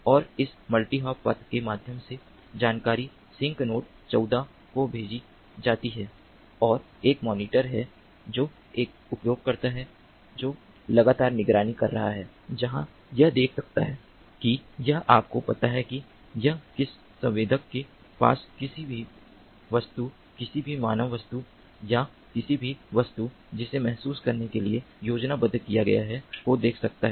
और इस multi hop पथ के माध्यम से जानकारी सिंक नोड 14 को भेजी जाती है और एक मॉनिटर है जो एक उपयोगकर्ता है जो लगातार निगरानी कर रहा है जहां यह देख सकता है कि यह आपको पता है कि यह किस संवेदक के पास किसी भी वस्तु किसी भी मानव वस्तु या किसी भी वस्तु जिसे महसूस करने के लिए योजनाबद्ध किया गया है को देख सकता है